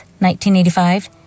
1985